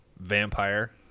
Vampire